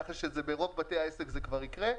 כך שברוב בתי העסק זה כבר יקרה,